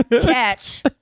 catch